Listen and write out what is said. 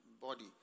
body